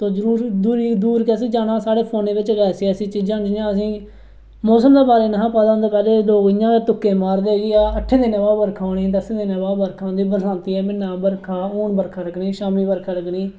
दूर दूर कैस्सी जाना असें साढ़े फोने बिच गै ऐसी ऐसी चीजां न जि'यां असेंई मौसम दे बारे च नेहा पता होंदा पैह्ले लोक इ'यां गै तुक्के मारदे हे जी अट्ठे दिनें बाद बर्खा औनी दस्सें दिनें बाद बर्खा औनी बरसांती दे म्हीनें बर्खा औनी हून बर्खा लग्गनी शामी बर्खा लग्गनी